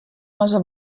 може